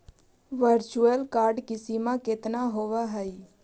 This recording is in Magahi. वर्चुअल कार्ड की सीमा केतना होवअ हई